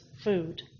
food